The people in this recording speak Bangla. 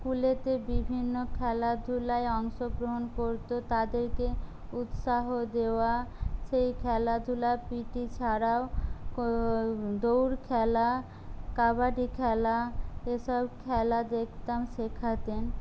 স্কুলেতে বিভিন্ন খেলাধুলায় অংশগ্রহণ করতো তাদেরকে উৎসাহ দেওয়া সেই খেলাধুলা পিটি ছাড়াও দৌড় খেলা কাবাডি খেলা এসব খেলা দেখতাম শেখাতেন